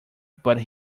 but